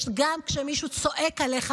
גם כשמישהו צועק עליך,